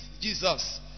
Jesus